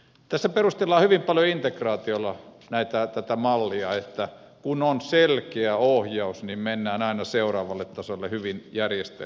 tässä perustellaan hyvin paljon integraatiolla tätä mallia että kun on selkeä ohjaus niin mennään aina seuraavalle tasolle hyvin järjestelmällisesti